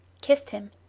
kissed him,